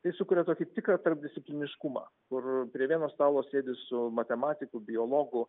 tai sukuria tokį tikrą tarpdiscipliniškumą kur prie vieno stalo sėdi su matematiku biologu